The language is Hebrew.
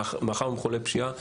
מאחר שהם מחוללי פשיעה,